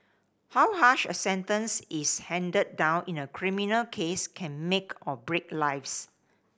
how harsh a sentence is handed down in a criminal case can make or break lives